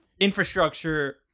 infrastructure